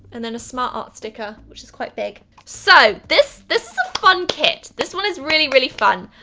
and then a smartart sticker which is quite big. so this this is a fun kit, this one is really really fun.